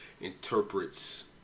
interprets